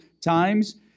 times